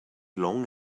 long